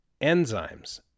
enzymes